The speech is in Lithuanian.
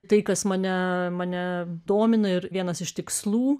tai kas mane mane domina ir vienas iš tikslų